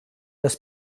das